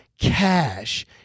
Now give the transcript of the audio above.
cash